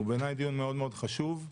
הוא בעיניי מאוד מאוד חשוב,